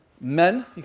Men